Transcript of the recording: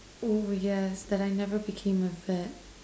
oo yes that I never became a vet